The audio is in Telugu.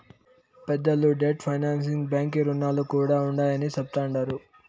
పెద్దలు డెట్ ఫైనాన్సింగ్ బాంకీ రుణాలు కూడా ఉండాయని చెప్తండారు